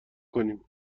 کنیم